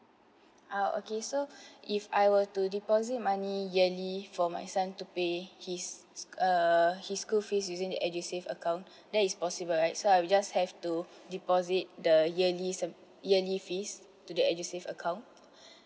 ah okay so if I were to deposit money yearly for my son to pay his uh his school fees using the edusave account that is possible right so I will just have to deposit the yearly uh yearly fees to the edusave account